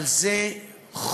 אבל זה חוק